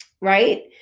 Right